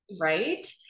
Right